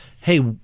hey